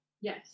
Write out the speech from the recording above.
Yes